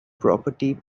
property